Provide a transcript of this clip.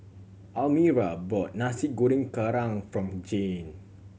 Almira bought Nasi Goreng Kerang from Jayne